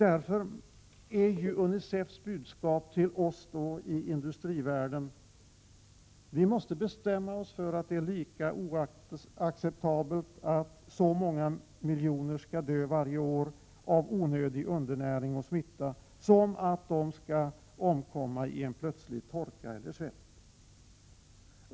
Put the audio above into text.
Därför är UNICEF:s budskap till oss i industrivärlden att vi måste bestämma oss för att det är lika oacceptabelt att så många miljoner skall dö varje år av onödig undernäring och smitta som att de skall omkomma i en plötslig torka eller svält.